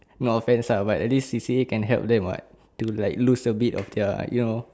no offense lah but at least C_C_A can help them [what] do like lose a bit of their you know